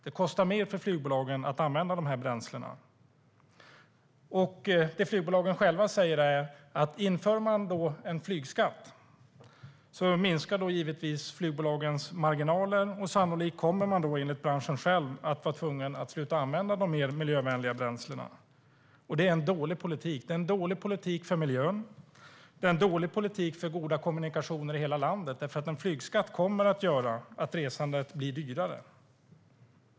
Det kostar mer för flygbolagen att använda dessa bränslen, och det flygbolagen själva säger är att inför man en flygskatt så minskar givetvis flygbolagens marginaler och sannolikt kommer man då, enligt branschen själv, att vara tvungen att sluta använda de mer miljövänliga bränslena. Det är en dålig politik för miljön, och det är en dålig politik för goda kommunikationer i hela landet, därför att en flygskatt kommer att göra resandet dyrare.